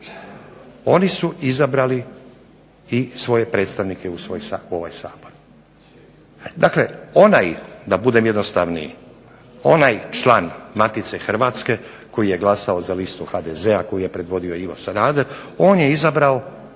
oni su izabrali i svoje predstavnike u ovaj Sabor. Dakle onaj, da budem jednostavniji, onaj član Matice Hrvatske koji je glasao za listu HDZ-a koju je predvodio Ivo Sanader, on je izabrao